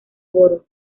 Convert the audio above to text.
boro